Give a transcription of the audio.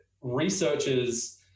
researchers